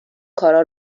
کارها